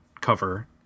cover